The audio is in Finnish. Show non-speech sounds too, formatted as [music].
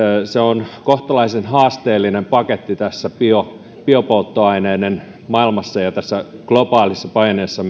se on kohtalaisen haasteellinen paketti tässä biopolttoaineiden maailmassa ja tässä globaalissa paineessa [unintelligible]